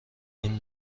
این